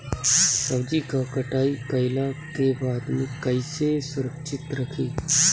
सब्जी क कटाई कईला के बाद में कईसे सुरक्षित रखीं?